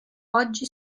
oggi